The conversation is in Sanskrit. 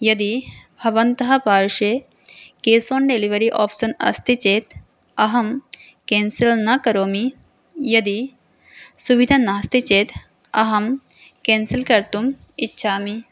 यदि भवन्तः पार्श्वे केस् अण् डेलिवरी आप्शन् अस्ति चेत् अहं केन्सल् न करोमि यदि सुविधा नास्ति चेत् अहं केन्सल् कर्तुम् इच्छामि